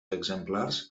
exemplars